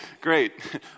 great